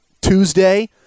Tuesday